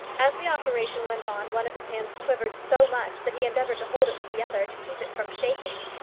as the operation went on, one of his hands quivered so much that he endeavoured to hold it with the other to keep it from shaking.